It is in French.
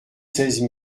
seize